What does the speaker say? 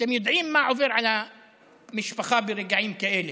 אתם יודעים מה עובר על המשפחה ברגעים כאלה,